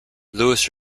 louis